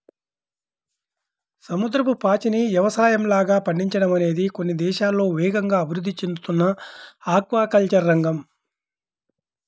సముద్రపు పాచిని యవసాయంలాగా పండించడం అనేది కొన్ని దేశాల్లో వేగంగా అభివృద్ధి చెందుతున్న ఆక్వాకల్చర్ రంగం